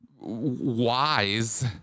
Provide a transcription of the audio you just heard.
wise